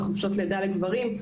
בחופשות לידה לגברים,